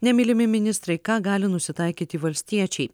nemylimi ministrai į ką gali nusitaikyti valstiečiai